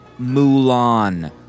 Mulan